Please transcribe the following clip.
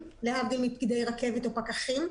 מה קשור רשות טבע והגנים לתוך הפיקוח הזה?